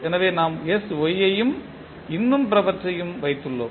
எனவே நாம் sY ஐயும் இன்னும் பிறவற்றையும் வைத்துள்ளோம்